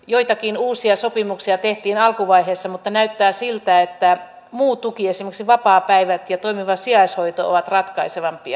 joitakin uusia sopimuksia tehtiin alkuvaiheessa mutta näyttää siltä että muu tuki esimerkiksi vapaapäivät ja toimiva sijaishoito ovat ratkaisevampia